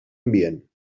ambient